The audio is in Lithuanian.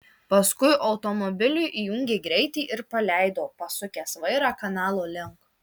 paskui automobiliui įjungė greitį ir paleido pasukęs vairą kanalo link